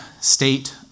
state